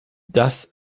das